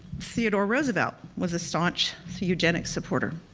theodore roosevelt was a staunch eugenics supporter.